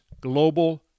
global